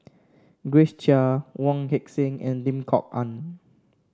Grace Chia Wong Heck Sing and Lim Kok Ann